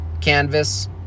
canvas